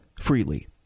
freely